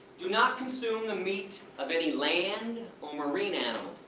do not consume the meat of any land or marine animals.